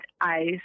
ice